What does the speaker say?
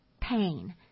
pain